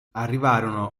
arrivarono